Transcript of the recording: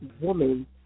woman